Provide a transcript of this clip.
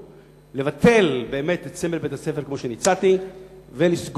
לבטל את רשיון בית-הספר כמו שהצעתי ולסגור